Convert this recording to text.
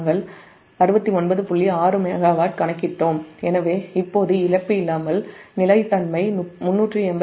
6 megawatt கணக்கிட்டோம் எனவே இப்போது இழப்பு இல்லாமல் நிலைத்தன்மை 383